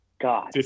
God